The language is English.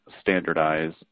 standardize